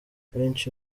benshi